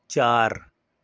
چار